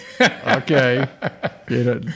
Okay